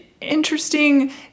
interesting